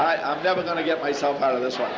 i'm never going to get myself out of this one